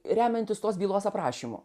remiantis tos bylos aprašymu